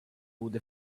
would